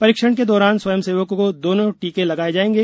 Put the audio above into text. परीक्षण के दौरान स्वयंसेवकों को दोनों टीके लगांए जाएंगे